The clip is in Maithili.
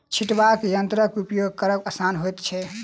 छिटबाक यंत्रक उपयोग करब आसान होइत छै